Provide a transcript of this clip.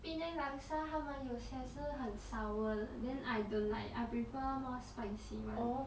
penang laksa 他们有些是很 sour then I don't like I prefer more spicy one